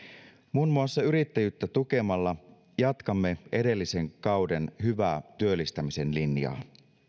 muun muassa yrittäjyyttä tukemalla jatkamme edellisen kauden hyvää työllistämisen linjaa